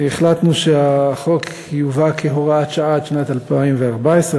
החלטנו שהחוק יובא כהוראת שעה עד שנת 2014,